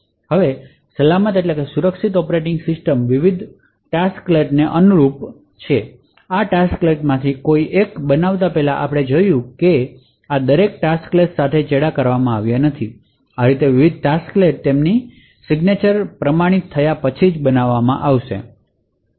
હવે સલામત operating system વિવિધ ટાસ્કલેટને અનુરૂપ છે અને આ ટાસ્કલેટ માંથી કોઈ એક શરૂ કરતાં પહેલા વિવિધ ટાસ્કલેટ તેમની સહીઓ પ્રમાણિત કરશે જેથી એ નક્કી થાય કે દરેક ટાસ્કલેટ સાથે ચેડાં કરવામાં આવ્યા નથી